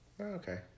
okay